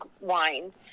wine